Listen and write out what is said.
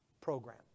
program